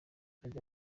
ajya